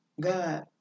God